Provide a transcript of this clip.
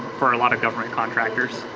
for a lot of government contractors,